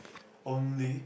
only